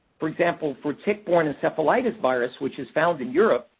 for example, for tick-borne encephalitis virus, which is found in europe,